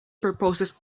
purposes